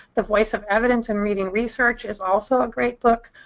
the voice of evidence in reading research is also a great book.